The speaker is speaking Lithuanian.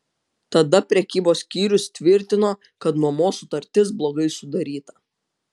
tada prekybos skyrius tvirtino kad nuomos sutartis blogai sudaryta